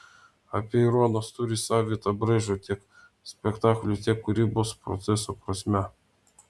apeironas turi savitą braižą tiek spektaklių tiek kūrybos proceso prasme